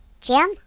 Jim